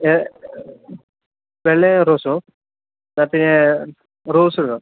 ഏ വെള്ളയോ റോസോ എന്നാൽപ്പിന്നെ റോസെടുക്കാം